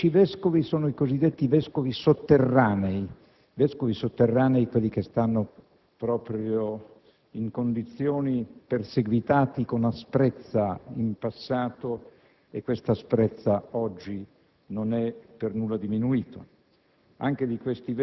Altri dieci sono i cosiddetti vescovi sotterranei, quelli che sono stati perseguitati con asprezza in passato. Questa asprezza oggi non è per nulla diminuita.